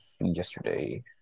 yesterday